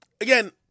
Again